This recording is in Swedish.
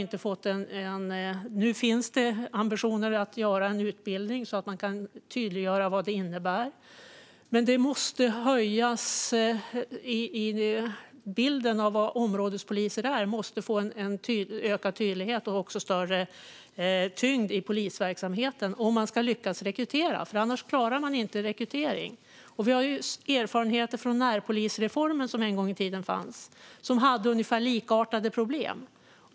Nu finns det ambitioner att göra en utbildning så att man kan tydliggöra vad det innebär. Bilden av vad områdespoliser är måste få en ökad tydlighet och en större tyngd i polisverksamheten om man ska lyckas rekrytera. Annars klarar man inte rekrytering. Vi har erfarenheter från närpolisreformen som fanns en gång i tiden. Den hade ungefär likartade problem.